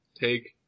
take